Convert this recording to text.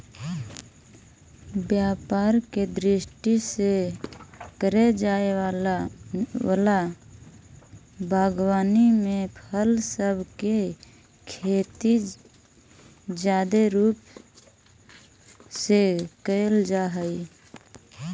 व्यापार के दृष्टि से करे जाए वला बागवानी में फल सब के खेती जादे रूप से कयल जा हई